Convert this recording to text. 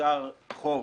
נוצר חוב,